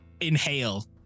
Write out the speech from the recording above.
inhale